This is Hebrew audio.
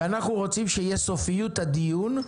אנחנו רוצים שיהיה סופיות הדיון.